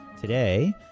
Today